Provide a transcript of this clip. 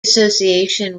association